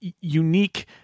unique